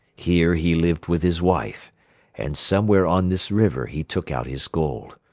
here he lived with his wife and somewhere on this river he took out his gold.